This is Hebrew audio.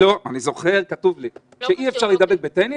כל מי שהוא עוסק מורשה או עוסק פטור